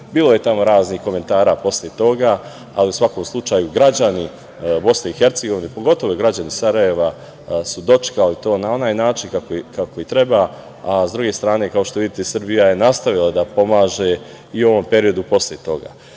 Bilo je tamo raznih komentara posle toga, ali, u svakom slučaju, građani Bosne i Hercegovine, pogotovo građani Sarajeva, su dočekali to na onaj način kako i treba. S druge strane, kao što vidite, Srbija je nastavila da pomaže i u ovom periodu posle toga. Ono